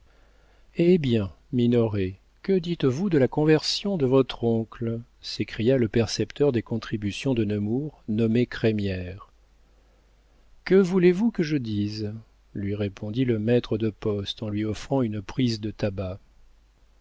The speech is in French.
eh bien minoret que dites-vous de la conversion de votre oncle s'écria le percepteur des contributions de nemours nommé crémière que voulez-vous que je dise lui répondit le maître de poste en lui offrant une prise de tabac